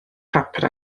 papur